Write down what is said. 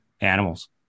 animals